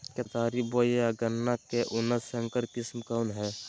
केतारी बोया गन्ना के उन्नत संकर किस्म कौन है?